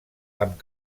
amb